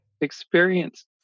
experienced